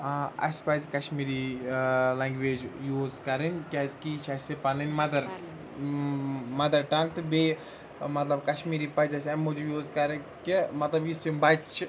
ٲں اسہِ پَزِ کَشمیٖری ٲں لیٚنٛگویج یوٗز کَرٕنۍ کیٛازِکہِ یہِ چھِ اسہِ پَنٕنۍ مَدَر مَدَر ٹَنٛگ تہٕ بیٚیہِ مطلب کَشمیٖری پَزِ اسہِ اَمہِ موٗجوٗب یوٗز کَرٕنۍ کہِ مَطلَب یُس یہِ بَچہِ چھِ